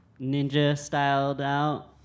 ninja-styled-out